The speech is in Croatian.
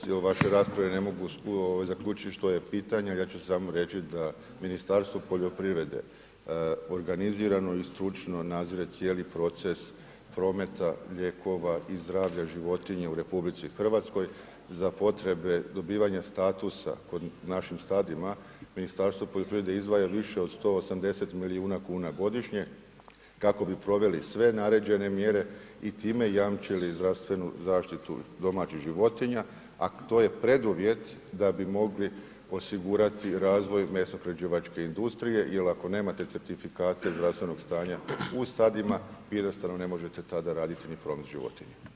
Zaista u vašoj raspravi ne mogu zaključiti što je pitanje, ali ja ću samo reći da Ministarstvo poljoprivrede, organizirano i stručno nadzire cijeli proces prometa lijekova i zdravlja životinja u RH, za potrebe dobivanja statusa kod našim stadima, Ministarstvo poljoprivrede izdvaja više od 180 milijuna kuna godišnje, kako bi proveli sve naređene mjere i time jamčili zdravstvenu zaštitu domaćih životinja, at o je preduvjet da bi mogli osigurati razvoj u mesno prerađivačkoj industriji, jer ako nemate certifikate zdravstvenog stanja u stadima, jednostavno ne možete tada raditi ni … životinja.